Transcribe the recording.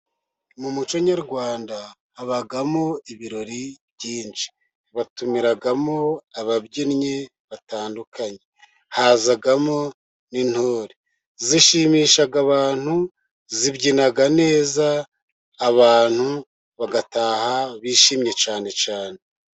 Mu muco nyarwanda habamo ibirori byinshi, batumiramo ababyinnyi batandukanye hazamo n'intore, zishimisha abantu zibyina neza abantu bagataha bishimye cyane cyane.